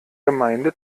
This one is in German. gemeinde